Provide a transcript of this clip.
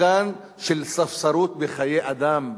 מסוכן של ספסרות בחיי אדם.